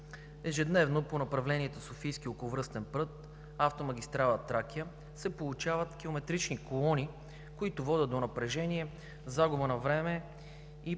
Ежедневно по направлението Софийски околовръстен път – автомагистрала „Тракия“ се получават километрични колони, които водят до напрежение, загуба на време и, естествено,